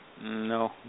No